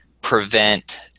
prevent